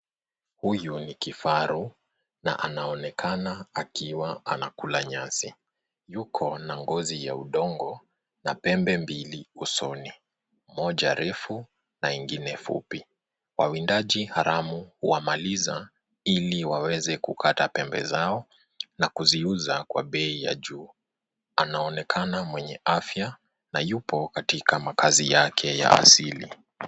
Huyu ni kifaru na anaoneka akiwa anakula nyasi yuko na ngozi ya udongo na pembe mbili usoni moja refu na ingine fupi. Wawindaji haramu huwamaliza ili waweze kukata pembe zao na kuzuiuza kwa bei ya juu. Anaonekana mwenye afya na yupo katika makazi yake ya asili.